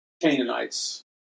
Canaanites